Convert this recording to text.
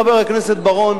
חבר הכנסת בר-און,